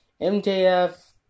MJF